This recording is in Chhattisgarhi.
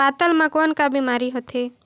पातल म कौन का बीमारी होथे?